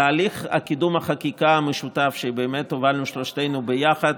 תהליך קידום החקיקה המשותף שהובלנו שלושתנו ביחד,